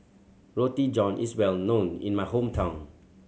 Roti John is well known in my hometown